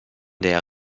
der